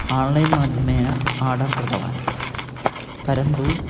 online माध्यमेन order कृतवान् परन्तु